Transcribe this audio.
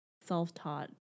self-taught